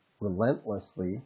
relentlessly